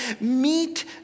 meet